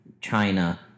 China